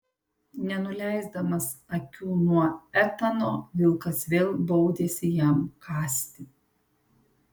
nenuleisdamas akių nuo etano vilkas vėl baudėsi jam kąsti